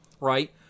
right